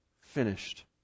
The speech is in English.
finished